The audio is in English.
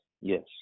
Yes